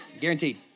Guaranteed